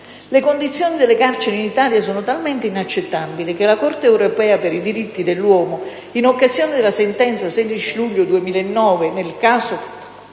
Le condizioni delle carceri in Italia sono talmente inaccettabili che la Corte europea per i diritti dell'uomo, in occasione della sentenza 16 luglio 2009, in